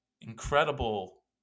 incredible